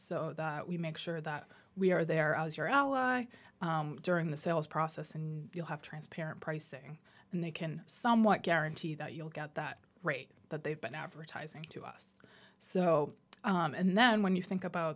so that we make sure that we are there as your during the sales process and you'll have transparent pricing and they can somewhat guarantee that you'll get that rate but they've been advertising to us so and then when you think about